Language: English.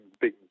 big